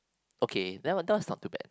okay then that one that one's not too bad